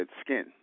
skin